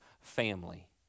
Family